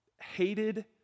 hated